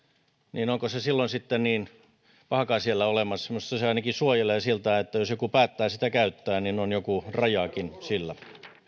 niin onko se sitten niin pahakaan siellä olemassa minusta se ainakin suojelee siltä että jos joku päättää sitä käyttää niin on joku rajakin sillä